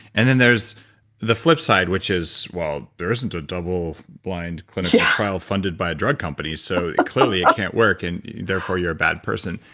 and then there's the flip side, which is well, there isn't a double blind clinical trial funded by a drug company, so clearly, it can't work and therefore, you're a bad person.